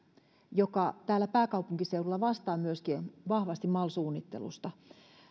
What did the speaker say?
joka täällä pääkaupunkiseudulla vastaa vahvasti myöskin mal suunnittelusta